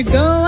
go